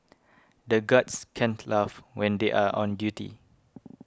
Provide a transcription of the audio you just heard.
the guards can't laugh when they are on duty